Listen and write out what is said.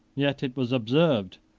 yet it was observed,